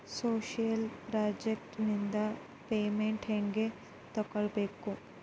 Social project ನಿಂದ payment ಹೆಂಗೆ ತಕ್ಕೊಳ್ಳದು?